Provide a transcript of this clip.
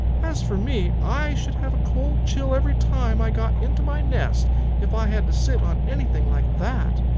as for me, i should have a cold chill every time i got into my nest if i had to sit on anything like that.